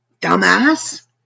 Dumbass